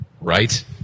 Right